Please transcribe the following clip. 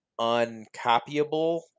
uncopyable